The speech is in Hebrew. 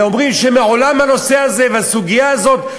ואומרים שמעולם הנושא הזה והסוגיה הזאת,